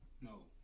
no